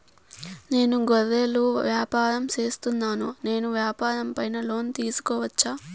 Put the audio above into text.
నేను గొర్రెలు వ్యాపారం సేస్తున్నాను, నేను వ్యాపారం పైన లోను తీసుకోవచ్చా?